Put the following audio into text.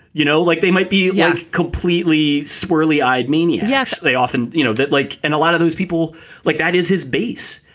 you know, like they might be yeah completely swirly eyed, meaning. yes. they often, you know, that like in a lot of those people like that is his base.